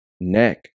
neck